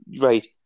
right